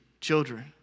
children